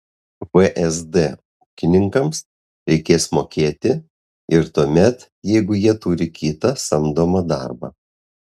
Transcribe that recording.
vsd ūkininkams reikės mokėti ir tuomet jeigu jie turi kitą samdomą darbą